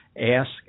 ask